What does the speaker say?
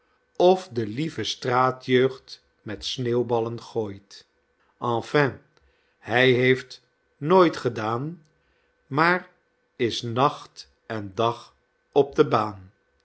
of de lieve straatjeugd met sneeuwballen gooit enfin hy heeft nooit gedaan maar is nacht en dag op de baan